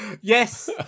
Yes